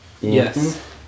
yes